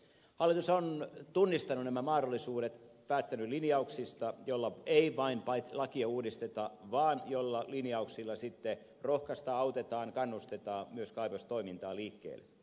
hallitus on tunnistanut nämä mahdollisuudet päättänyt linjauksista joilla ei vain lakia uudisteta vaan joilla sitten rohkaistaan autetaan kannustetaan myös kaivostoimintaa liikkeelle